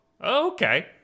okay